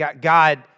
God